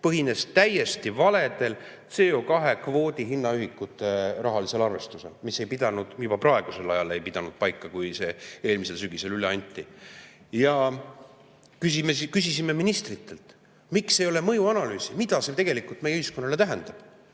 põhines täiesti valedel CO2-kvoodi hinnaühikute rahalisel arvestusel, mis ei pidanud juba siis paika, kui see eelmisel sügisel üle anti. Küsisime ministritelt, miks ei ole mõjuanalüüsi, mida see tegelikult meie ühiskonnale tähendab.